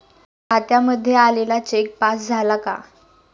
खात्यामध्ये आलेला cheque pass झाला का?